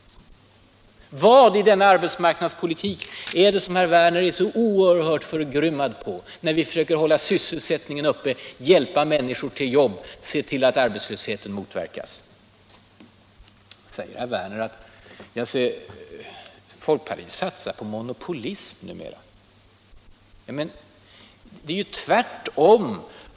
Vad i denna arbetsmarknadspolitik är det som herr Werner politiken Arbetsmarknadspolitiken är så oerhört förgrymmad på, när vi försöker hålla sysselsättningen uppe, hjälpa människor till jobb och se till att arbetslösheten motverkas? Herr Werner sade att folkpartiet numera satsar på monopolism. Men det är ju tvärtom!